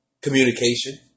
communication